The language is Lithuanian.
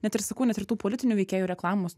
net ir sakau net ir tų politinių veikėjų reklamos